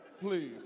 please